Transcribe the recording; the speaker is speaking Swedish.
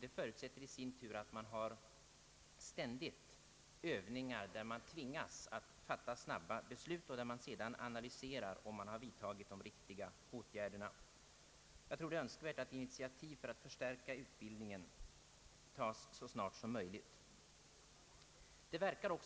Det förutsätter i sin tur att man ständigt har övningar där man tvingas att fatta snabba beslut och sedan analyserar om man har vidtagit de riktiga åtgärderna. Det är önskvärt att initiativ för att stärka utbildningen tas så snart som möjligt.